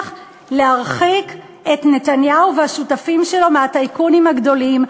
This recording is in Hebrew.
להרחיק את נתניהו והשותפים שלו מהטייקונים הגדולים,